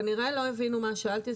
כנראה לא הבינו מה שאלתי,